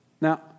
Now